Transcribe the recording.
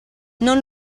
non